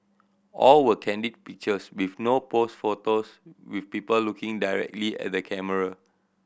all were candid pictures with no pose photos with people looking directly at the camera